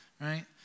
right